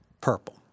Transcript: Purple